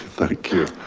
thank you,